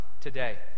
today